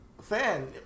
fan